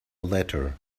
letter